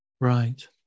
Right